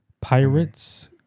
Pirates